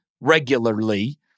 regularly